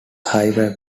hyper